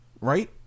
Right